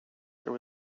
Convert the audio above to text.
there